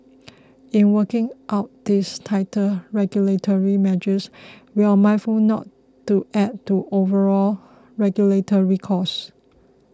in working out these tighter regulatory measures we're mindful not to add to overall regulatory costs